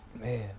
man